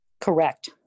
Correct